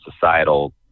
societal